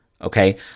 Okay